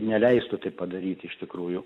neleistų tai padaryti iš tikrųjų